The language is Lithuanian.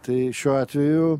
tai šiuo atveju